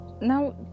now